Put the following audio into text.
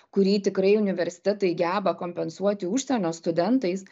kurį tikrai universitetai geba kompensuoti užsienio studentais